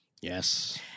Yes